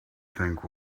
think